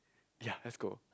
ya let's go